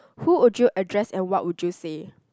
who would you address and what would you say